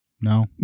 No